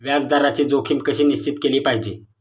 व्याज दराची जोखीम कशी निश्चित केली पाहिजे